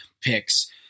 picks